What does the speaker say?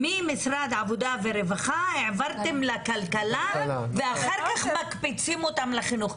ממשרד העבודה והרווחה העברתם לכלכלה ואחר כך מקפיצים אותם לחינוך.